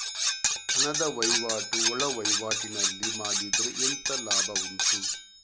ಹಣದ ವಹಿವಾಟು ಒಳವಹಿವಾಟಿನಲ್ಲಿ ಮಾಡಿದ್ರೆ ಎಂತ ಲಾಭ ಉಂಟು?